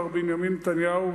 מר בנימין נתניהו,